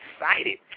excited